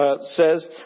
says